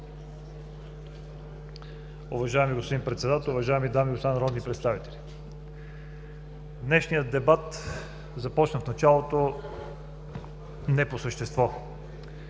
Уважаеми господин Председател, уважаеми дами и господа народни представители! Днешният дебат започна в началото не по същество